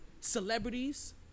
celebrities